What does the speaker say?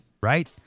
right